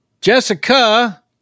Jessica